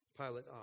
Pilate